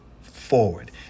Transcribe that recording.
forward